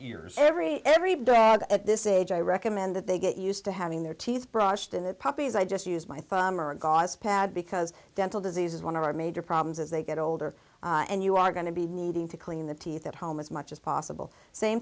years every every dad at this age i recommend that they get used to having their teeth brushed in their puppies i just use my thumb or a gauze pad because dental disease is one of our major problems as they get older and you are going to be needing to clean the teeth at home as much as possible same